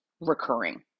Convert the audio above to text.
recurring